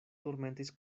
turmentis